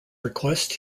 request